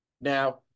Now